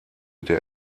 der